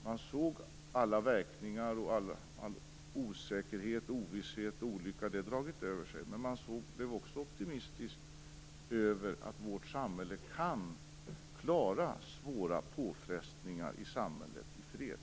Man såg alla verkningar och all den osäkerhet, ovisshet och olycka de dragit över sig, men man blev optimistisk över att vårt samhälle kan klara svåra påfrestningar på samhället i fred.